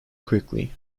quickly